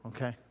Okay